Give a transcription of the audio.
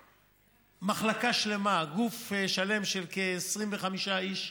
ומחלקה שלמה, גוף שלם של כ-25 איש,